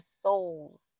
souls